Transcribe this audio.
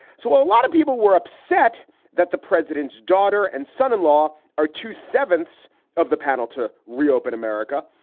so while a lot of people were upset that the president's daughter and son in law are two sevenths of the panel to reopen america,